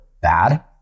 Bad